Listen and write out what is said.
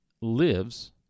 Lives